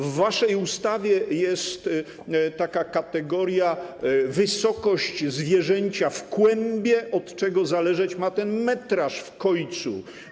W waszej ustawie jest taka kategoria: wysokość zwierzęcia w kłębie, od czego zależeć ma ten metraż w kojcu.